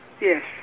Yes